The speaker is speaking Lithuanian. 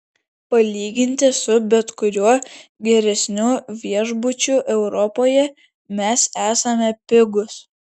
palyginti su bet kuriuo geresniu viešbučiu europoje mes esame pigūs